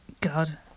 god